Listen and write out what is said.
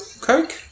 Coke